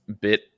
bit